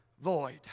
void